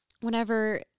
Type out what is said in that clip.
Whenever